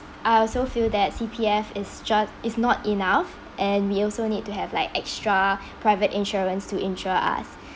I also feel that C_P_F is just is not enough and we also need to have like extra private insurance to insure us